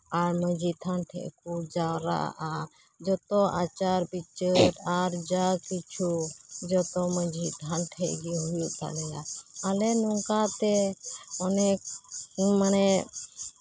ᱟᱨ ᱢᱟᱹᱡᱷᱤ ᱛᱷᱟᱱ ᱴᱷᱮᱡ ᱠᱚ ᱡᱟᱣᱨᱟᱜᱼᱟ ᱡᱚᱛᱚ ᱟᱪᱟᱨ ᱵᱤᱪᱟᱹᱨ ᱟᱨ ᱡᱟ ᱠᱤᱪᱷᱩ ᱡᱚᱛᱚ ᱢᱟᱹᱡᱷᱤ ᱛᱷᱟᱱ ᱴᱷᱮᱡ ᱜᱮ ᱦᱩᱭᱩᱜ ᱛᱟᱞᱮᱭᱟ ᱟᱞᱮ ᱱᱚᱝᱠᱟᱛᱮ ᱚᱱᱮᱠ ᱢᱟᱱᱮ